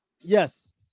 Yes